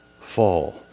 fall